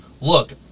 Look